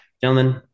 Gentlemen